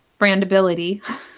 brandability